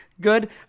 good